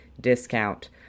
discount